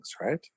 right